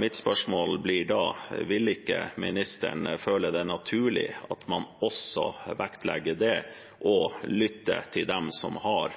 Mitt spørsmål blir da: Vil ikke ministeren føle det naturlig at man også vektlegger det å lytte til dem som har